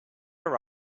are